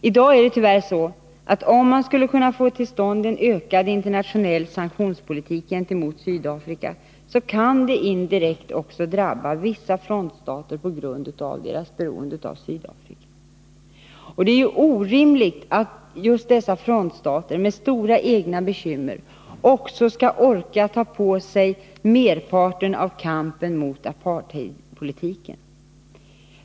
I dag är det tyvärr så, att om man skulle kunna få till stånd en ökad internationell sanktionspolitik gentemot Sydafrika, kan det indirekt också drabba vissa frontstater på grund av deras beroende av Sydafrika. Det är orimligt att just dessa frontstater med stora egna bekymmer också skall orka ta på sig merparten av kampen mot apartheidpolitiken.